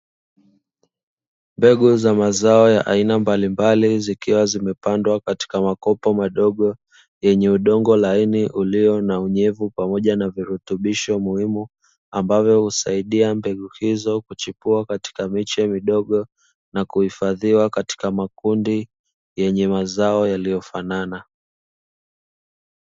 Mbegu za mazao ya aina mbalimbali zikiwa zimepandwa katika makopo madogo, yenye udongo laini uliyo na unyevu pamoja na virutubisho muhimu, ambavyo husaidia mbegu hizo kuchipua katika miche midogo na kuhifadhiwa katika makundi yenye mazao yaliyofanana.